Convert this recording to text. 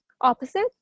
opposite